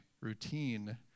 routine